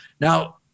Now